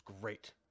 great